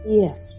yes